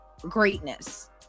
greatness